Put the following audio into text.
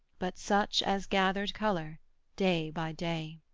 but such as gathered colour day by day.